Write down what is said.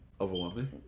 Overwhelming